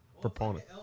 proponent